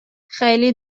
خیلی